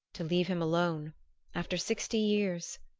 to leave him alone after sixty years!